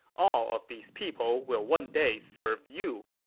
all of these people will one day serve you.